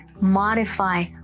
modify